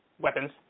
weapons